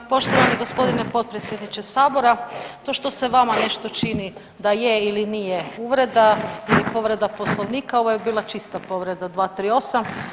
Poštovani g. potpredsjedniče Sabora, to što se vama nešto čini da je ili nije uvreda ili povreda Poslovnika, ovo je bila čista povreda 238.